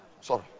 sorry